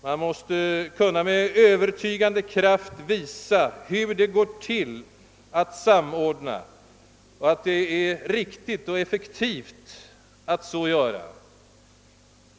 Man måste kunna med övertygande kraft visa hur det går till att samordna och att det är riktigt och effektivt att så göra.